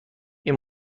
این